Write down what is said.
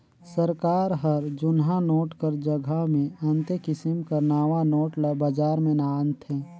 सरकार हर जुनहा नोट कर जगहा मे अन्ते किसिम कर नावा नोट ल बजार में लानथे